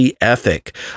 ethic